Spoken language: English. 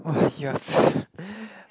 !wah! you're